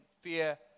fear